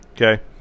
Okay